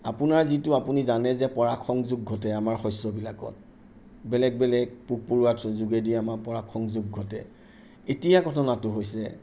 আপোনাৰ যিটো আপুনি জানে যে পৰাগ সংযোগ ঘটে আমাৰ শস্যবিলাকত বেলেগ বেলেগ পোক পৰুৱাৰ যোগেদি আমাৰ পৰাগ সংযোগ ঘটে এতিয়া ঘটনাটো হৈছে